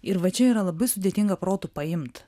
ir va čia yra labai sudėtinga protu paimt